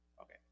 Okay